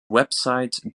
website